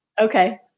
Okay